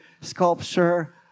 sculpture